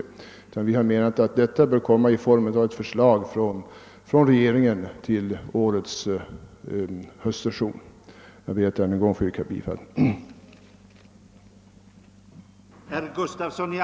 Vi har menat att en lösning av denna fråga bör komma i form av ett förslag från regeringen till årets höstsession i riksdagen. Jag ber därför att än en gång få yrka bifall till reservationen I.